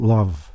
Love